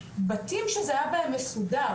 בתים שזה היה בהם מסודר,